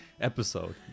episode